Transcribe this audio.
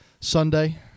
Sunday